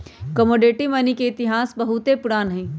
commodity money के इतिहास बहुते पुरान हइ